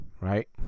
right